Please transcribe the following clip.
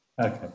Okay